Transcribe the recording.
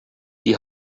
die